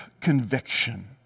conviction